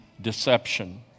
deception